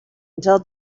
until